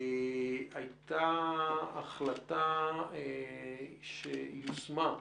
הייתה החלטה, שיושמה,